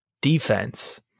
defense